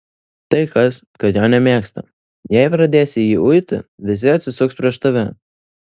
tai kas kad jo nemėgsta jei pradėsi jį uiti visi atsisuks prieš tave